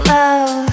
love